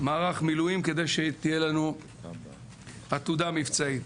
מערך מילואים כדי שתהיה לנו עתודה מבצעית.